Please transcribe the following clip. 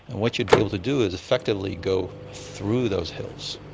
what you'd be able to do is effectively go through those hills,